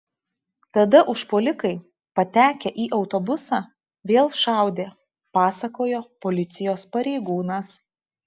tada užpuolikai patekę į autobusą vėl šaudė pasakojo policijos pareigūnas